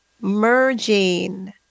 merging